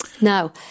Now